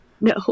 No